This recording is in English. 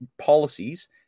policies